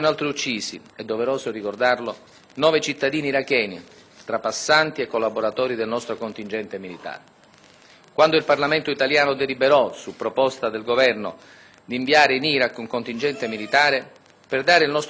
Quando il Parlamento deliberò, su proposta del Governo, di inviare in Iraq un contingente militare per contribuire alla ricostruzione civile ed economica di quel Paese, nessuno si nascondeva quanto la missione fosse difficile e rischiosa.